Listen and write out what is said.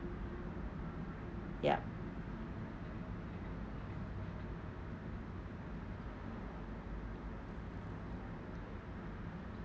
yup